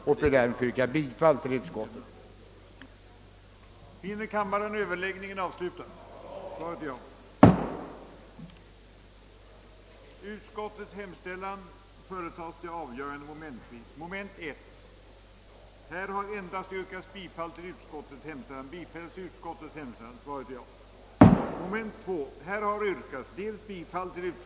Jag ber att få yrka bifall till utskottets hemställan.